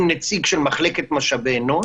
עם נציג של מחלקת משאבי אנוש.